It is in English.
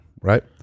Right